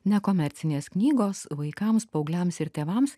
nekomercinės knygos vaikams paaugliams ir tėvams